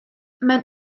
mewn